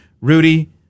Rudy